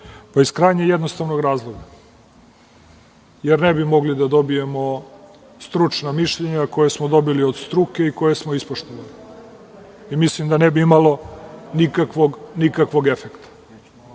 Iz krajnje jednostavnog razloga, jer ne bi mogli da dobijemo stručna mišljenja koja smo dobili od struke i koja smo ispoštovali. Mislim da ne bi imalo nikakvog efekta.